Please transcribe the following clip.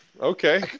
okay